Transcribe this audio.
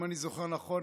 אם אני זוכר נכון,